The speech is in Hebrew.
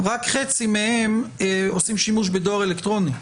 רק חצי מהם עושים שימוש בדואר אלקטרוני.